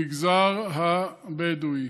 המגזר הבדואי,